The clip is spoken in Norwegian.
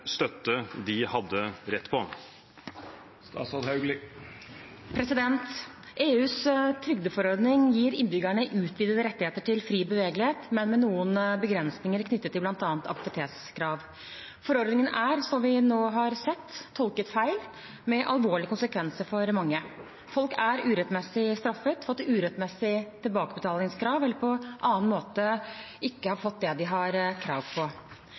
støtte de hadde rett på?» EUs trygdeforordning gir innbyggerne utvidede rettigheter til fri bevegelighet, men med noen begrensninger knyttet til bl.a. aktivitetskrav. Forordningen er, som vi nå har sett, tolket feil, med alvorlige konsekvenser for mange. Folk er urettmessig straffet, har fått urettmessige tilbakebetalingskrav eller på annen måte ikke fått det de har krav på.